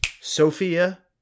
Sophia